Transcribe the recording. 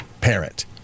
parent